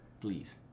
Please